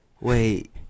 Wait